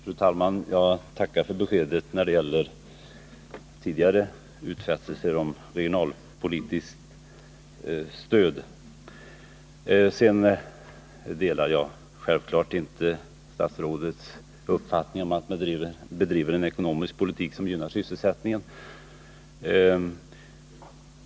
Fru talman! Jag tackar för beskedet när det gäller tidigare utfästelser om regionalpolitiskt stöd. Självfallet delar jag dock inte statsrådets uppfattning att man bedriver en ekonomisk politik som gynnar sysselsättningen.